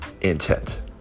intent